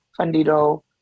fundido